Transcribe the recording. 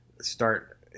start